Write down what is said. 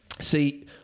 See